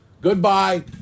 Goodbye